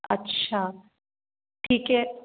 अच्छा ठीक है